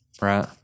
Right